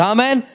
Amen